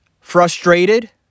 Frustrated